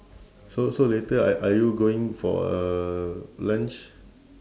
so so later are are you going for uh lunch